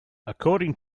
according